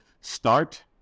start